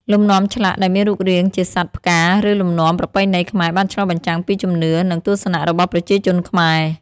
លំនាំឆ្លាក់ដែលមានរូបរាងជាសត្វ ផ្កា ឬលំនាំប្រពៃណីខ្មែរបានឆ្លុះបញ្ចាំងពីជំនឿ និងទស្សនៈរបស់ប្រជាជនខ្មែរ។